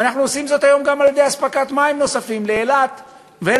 ואנחנו עושים את זה היום גם על-ידי אספקת מים נוספים לאילת ולערבה,